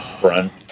front